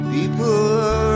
People